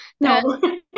No